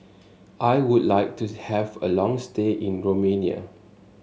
I would like to have a long stay in Romania